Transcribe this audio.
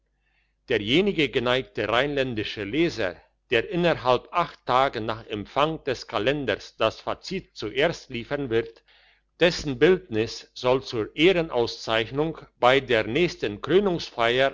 derjenige geneigte rheinländische leser der innerhalb acht tagen nach empfang des kalenders das fazit zuerst liefern wird dessen bildnis soll zur ehrenauszeichnung bei der nächsten